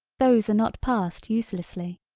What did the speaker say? those are not passed uselessly.